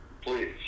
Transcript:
Please